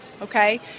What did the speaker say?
Okay